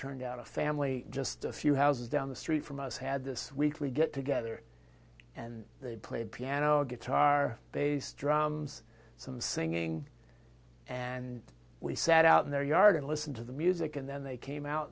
turned out a family just a few houses down the street from us had this week we get together and they played piano guitar bass drums some singing and we sat out in their yard and listened to the music and then they came out